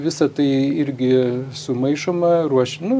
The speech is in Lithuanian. visa tai irgi sumaišoma ruoš nu